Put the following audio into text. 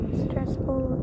stressful